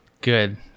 Good